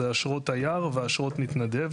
זה אשרות תייר ואשרות מתנדב.